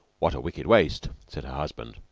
what a wicked waste! said her husband.